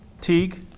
Teague